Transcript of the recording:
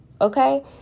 Okay